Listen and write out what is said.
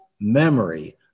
memory